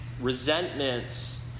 resentments